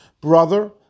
brother